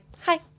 hi